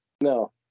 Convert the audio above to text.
no